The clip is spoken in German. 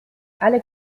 alle